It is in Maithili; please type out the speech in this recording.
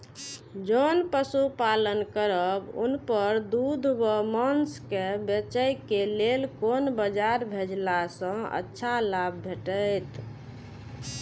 जोन पशु पालन करब उनकर दूध व माँस के बेचे के लेल कोन बाजार भेजला सँ अच्छा लाभ भेटैत?